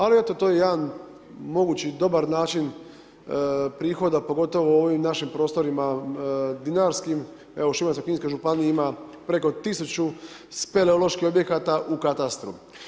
Ali, eto to je jedan, mogući dobar način, prihoda, pogotovo u ovim našim prostorima dinarskim, evo Šibensko kninska županija ima preko 1000 speleoloških objekata u katastru.